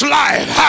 life